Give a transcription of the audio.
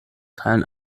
teilen